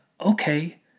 okay